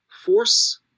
force